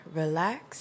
relax